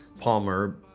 Palmer